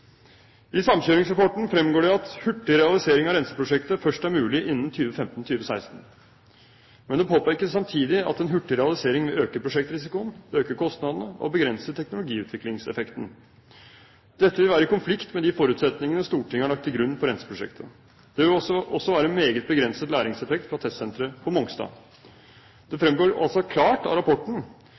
I samkjøringsrapporten fremgår det at hurtig realisering av renseprosjektet først er mulig innen 2015–2016, men det påpekes samtidig at en hurtig realisering vil øke prosjektrisikoen, øke kostnadene og begrense teknologiutviklingseffekten. Dette vil være i konflikt med de forutsetningene Stortinget har lagt til grunn for renseprosjektet. Det vil også være en meget begrenset læringseffekt fra testsenteret på Mongstad. Det fremgår altså klart av rapporten